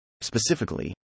Specifically